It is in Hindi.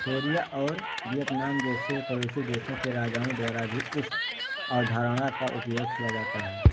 कोरिया और वियतनाम जैसे पड़ोसी देशों के राजाओं द्वारा भी इस अवधारणा का उपयोग किया जाता है